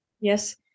Yes